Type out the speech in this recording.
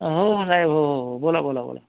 हो नाही हो हो हो बोला बोला बोला